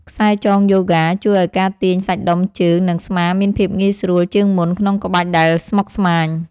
ខ្សែចងយូហ្គា ជួយឱ្យការទាញសាច់ដុំជើង និងស្មាមានភាពងាយស្រួលជាងមុនក្នុងក្បាច់ដែលស្មុគស្មាញ។